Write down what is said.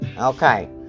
okay